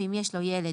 ואם יש לו ילד